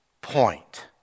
point